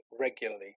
regularly